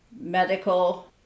medical